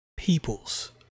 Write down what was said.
peoples